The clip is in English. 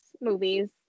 movies